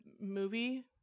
movie